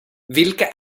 vilka